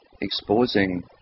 exposing